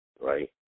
Right